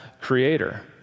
Creator